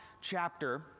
chapter